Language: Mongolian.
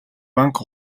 банк